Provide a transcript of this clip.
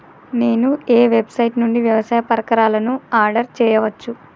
నేను ఏ వెబ్సైట్ నుండి వ్యవసాయ పరికరాలను ఆర్డర్ చేయవచ్చు?